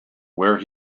where